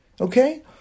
Okay